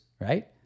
right